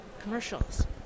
commercials